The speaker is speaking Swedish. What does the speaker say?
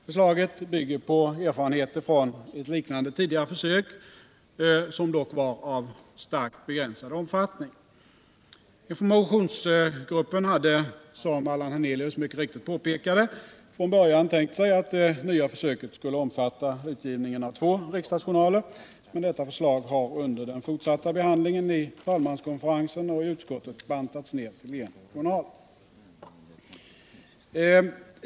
Förslaget bygger på erfarenheterna från ett liknande tidigare försök, dock av starkt begränsad omfattning. Informationsgruppen hade, som Allan Hernelius mycket riktigt påpekade, från början tänkt sig att det nya försöket skulle omfatta utgivningen av två riksdagsjournaler, men detta förslag har under den fortsatta behandlingen i talmanskonferensen och i utskottet bantats ner till en journal.